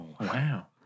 Wow